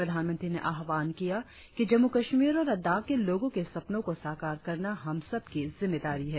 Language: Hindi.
प्रधानमंत्री ने आह्वान किया कि जम्मू कश्मीर और लद्दाख के लोगों के सपनों को साकार करना हम सबकी जिम्मेदारी है